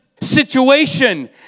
situation